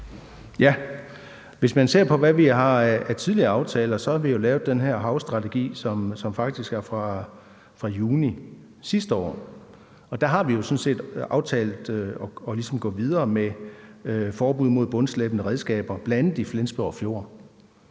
Hvis man ser på, hvad vi har af tidligere aftaler, har vi jo lavet den her havstrategi, som faktisk er fra juni sidste år. Der har vi sådan set aftalt ligesom at gå videre med et forbud mod bundslæbende redskaber, bl.a. i Flensborg Fjord,